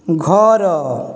ଘର